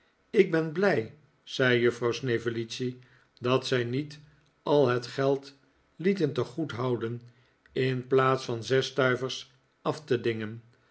ik ben blij zei juffrouw snevellicci dat zij niet al het geld lieten te goed houden in plaats van zes stuivers af te dingen